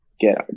get